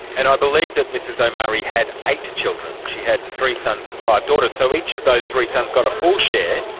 and i believe that mrs omari had eight children. she had three sons and five daughters, so each of those three sons got a full share,